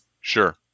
sure